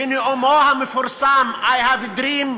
בנאומו המפורסם "I have a dream",